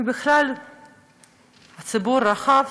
ובכלל בציבור הרחב,